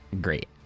Great